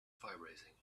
vibrating